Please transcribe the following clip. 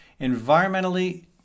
environmentally